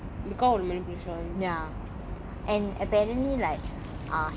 !wah! sound like a very good show